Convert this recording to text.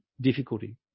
difficulty